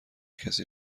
کسی